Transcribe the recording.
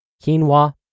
quinoa